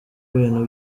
ibintu